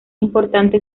importante